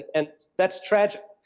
and that's tragic.